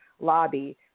lobby